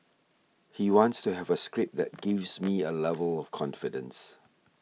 he wants to have a script that gives me a level of confidence